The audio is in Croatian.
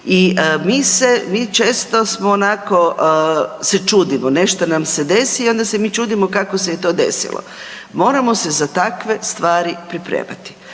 i mi često se onako čudimo. Nešto nam se desi i onda se mi čudimo kako se je to desilo. Moramo se za takve stvari pripremati.